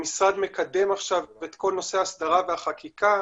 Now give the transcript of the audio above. מקדם עכשיו את כל נושא האסדרה והחקיקה,